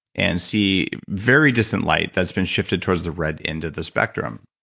and see very distant light that's been shifted towards the red end of the spectrum